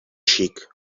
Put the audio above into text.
xic